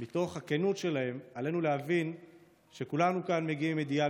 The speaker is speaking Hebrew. ומתוך הכנות שלהם עלינו להבין שכולנו כאן מגיעים עם אידיאל